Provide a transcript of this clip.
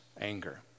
anger